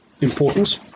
importance